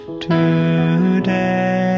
Today